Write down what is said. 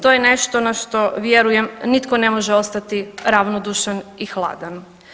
To je nešto na što vjerujem, nitko ne može ostati ravnodušan i hladan.